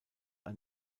ein